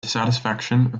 dissatisfaction